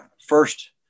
first